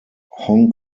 hong